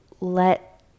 let